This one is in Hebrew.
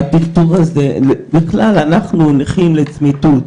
הטרטור הזה, בכלל, אנחנו נכים לצמיתות,